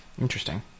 Interesting